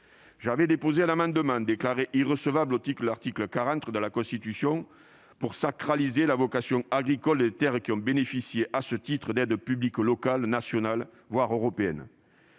J'avais déposé un amendement, déclaré irrecevable au titre de l'article 40 de la Constitution, visant à sacraliser la vocation agricole des terres qui ont bénéficié, à ce titre, d'aides publiques locales, nationales, voire européennes.